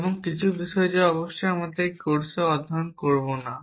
এবং কিছু বিষয় যা অবশ্যই আমরা এই কোর্সে অধ্যয়ন করব না